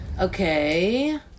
Okay